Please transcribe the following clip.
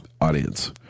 audience